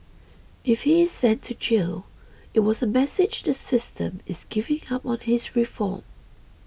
if he is sent to jail it was a message the system is giving up on his reform